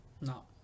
no